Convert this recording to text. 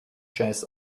jazz